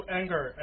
anger